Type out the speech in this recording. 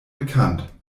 bekannt